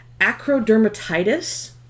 acrodermatitis